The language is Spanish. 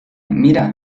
mira